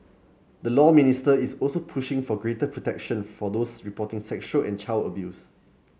the Law Ministry is also pushing for greater protection for those reporting sexual and child abuse